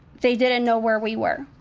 they didn't know where we were.